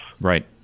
Right